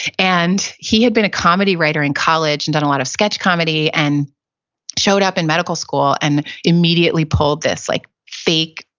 and he had been a comedy writer in college and done a lot of sketch comedy, and showed up in medical school and immediately pulled this like fake,